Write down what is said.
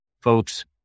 folks